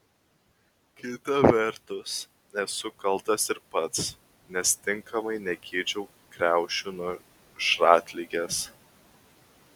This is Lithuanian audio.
kita vertus esu kaltas ir pats nes tinkamai negydžiau kriaušių nuo šratligės